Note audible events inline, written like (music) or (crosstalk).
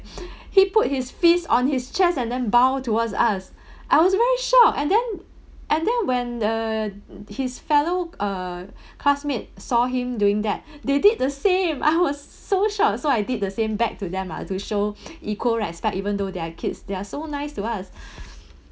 (breath) he put his fist on his chest and then bowed towards us (breath) I was very shocked and then and then when uh his fellow uh (breath) classmate saw him doing that (breath) they did the same I was so shocked so I did the same back to them lah to show (breath) equal respect even though they are kids they are so nice to us (breath)